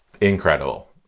incredible